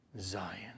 Zion